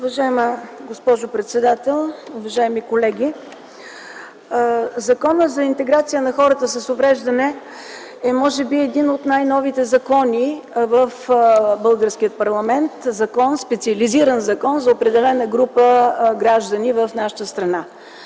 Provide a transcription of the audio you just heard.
Уважаема госпожо председател, уважаеми колеги! Законът за интеграция на хората с увреждания може би е един от най-новите закони в българския парламент, специализиран закон за определена група граждани в нашата страна.